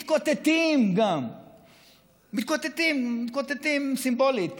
מתקוטטים גם, מתקוטטים סימבולית,